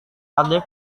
adik